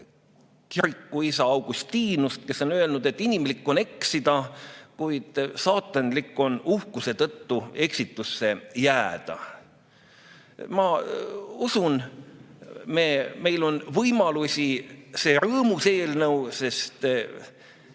kirikuisa Augustinust, kes on öelnud: "Inimlik on eksida, aga kuratlik on uhkuse tõttu eksitusse jääda." Ma usun, et meil on võimalusi see rõõmus eelnõu –